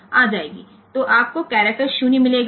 તેથી આપણને કેરેક્ટર 0 મળશે